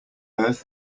earth